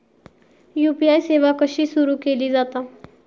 UPI सेवा कशी सुरू केली जाता?